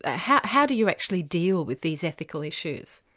ah how how do you actually deal with these ethical issues?